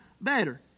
better